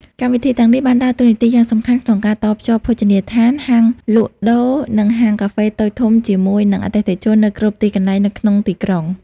កម្មវិធីទាំងនេះបានដើរតួនាទីយ៉ាងសំខាន់ក្នុងការតភ្ជាប់ភោជនីយដ្ឋាន ហាងលក់ដូរ និងហាងកាហ្វេតូចធំជាមួយនឹងអតិថិជននៅគ្រប់ទីកន្លែងនៅក្នុងទីក្រុង។